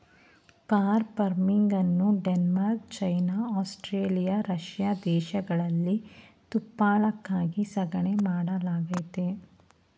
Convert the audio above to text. fur ಫಾರ್ಮಿಂಗನ್ನು Denmark, China, Australia, Russia ದೇಶಗಳಲ್ಲಿ ತುಪ್ಪಳಕ್ಕಾಗಿ ಸಾಕಣೆ ಮಾಡಲಾಗತ್ತದೆ